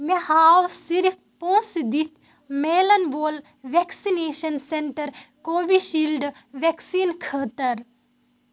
مےٚ ہاو صِرف پونٛسہٕ دِتھۍ میلَن وول vaccination centre Covishield vaccine خٲطَر